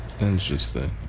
interesting